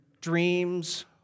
dreams